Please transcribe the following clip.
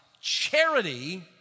Charity